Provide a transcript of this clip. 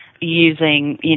using